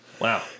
Wow